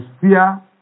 fear